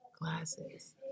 glasses